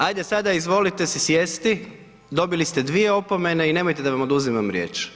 Ajde sada izvolite se sjesti, dobili ste dvije opomene i nemojte da vam oduzimam riječ.